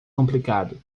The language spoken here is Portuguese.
complicado